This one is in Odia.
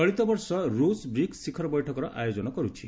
ଚଳିତ ବର୍ଷ ରୁଷ ବ୍ରିକ୍କୁ ଶିଖର ବୈଠକର ଆୟୋଜନ କରୁଛି